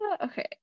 okay